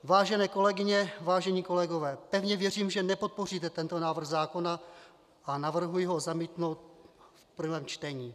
Vážené kolegyně, vážení kolegové, pevně věřím, že nepodpoříte tento návrh zákona, a navrhuji ho zamítnout v prvém čtení.